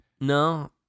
No